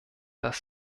dass